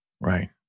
Right